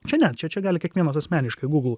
čia ne čia čia gali kiekvienas asmeniškai google